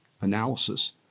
analysis